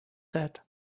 said